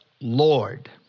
Lord